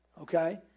okay